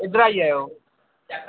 उद्धर आई जायो